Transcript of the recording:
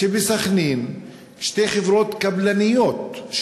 שבסח'נין שתי חברות קבלניות,